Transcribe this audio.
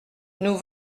nous